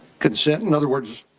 consent, in other words,